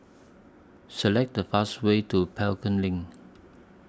Select The fastest Way to Pelton LINK